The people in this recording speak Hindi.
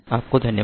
आपको धन्यवाद